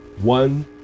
one